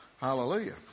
Hallelujah